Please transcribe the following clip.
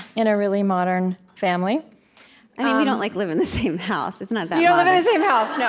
in a really modern family i mean, we don't like live in the same house it's not that modern you don't live in the same house, no.